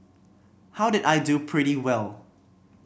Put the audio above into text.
how did I do pretty well